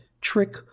trick